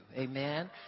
amen